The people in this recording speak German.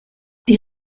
die